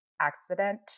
accident